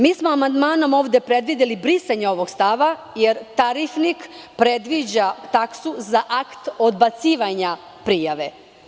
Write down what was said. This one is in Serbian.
Mi smo amandmanom ovde predvideli brisanje ovog stava, jer tarifnik predviđa taksu za akt odbacivanja prijave.